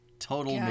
Total